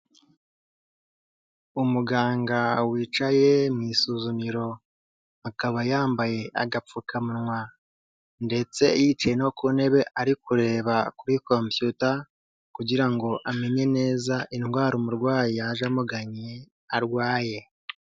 Umuganga wicaye mu isuzumiro, akaba yambaye agapfukanwa, ndetse yicaye no ku ntebe ari kureba kuri Kompiyuta kugira ngo amenye neza indwara umurwayi yaje amuganye arwaye.